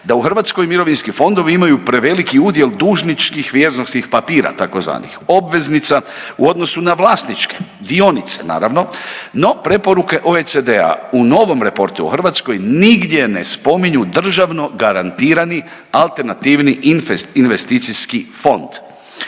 da u Hrvatskoj mirovinski fondovi imaju preveliki udjel dužničkih vrijednosnih papira tzv. obveznica u odnosu na vlasničke, dionice naravno. No preporuke OECD-a u novom reportu u Hrvatskoj nigdje ne spominju državno garantirani alternativni investicijski fond.